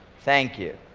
thank you.